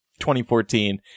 2014